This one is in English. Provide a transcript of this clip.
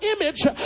image